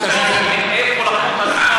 איפה לקחו את הדגימה,